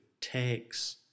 takes